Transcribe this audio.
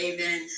Amen